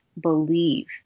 believe